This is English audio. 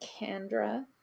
Kandra